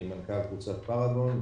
אני מנכ"ל קבוצת פרגון,